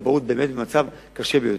הכבאות במצב קשה ביותר.